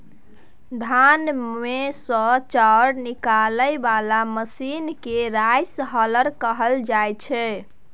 धान मे सँ चाउर निकालय बला मशीन केँ राइस हलर कहल जाइ छै